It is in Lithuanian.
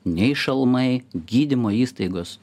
nei šalmai gydymo įstaigos